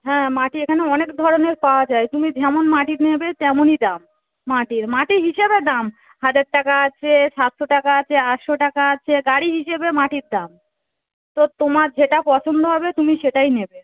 হ্যাঁ মাটি এখানে অনেক ধরনের পাওয়া যায় তুমি যেমন মাটি নেবে তেমনই দাম মাটির মাটি হিসেবে দাম হাজার টাকা আছে সাতশো টাকা আছে আটশো টাকা আছে গাড়ি হিসেবে মাটির দাম তো তোমার যেটা পছন্দ হবে তুমি সেটাই নেবে